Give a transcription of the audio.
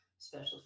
Special